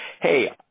hey